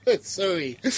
Sorry